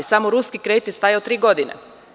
Samo ruski kredit je stajao tri godine.